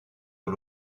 aux